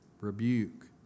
rebuke